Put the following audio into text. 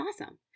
awesome